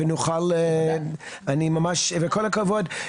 כל הכבוד.